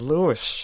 Lewis